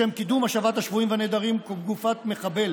לשם קידום השבת השבויים והנעדרים גופת מחבל